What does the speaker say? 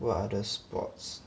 what other sports